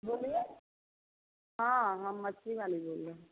बोलिए हाँ हम मछली वाली बोल रहे हैं